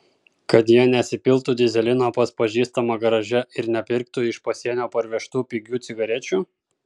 kad jie nesipiltų dyzelino pas pažįstamą garaže ir nepirktų iš pasienio parvežtų pigių cigarečių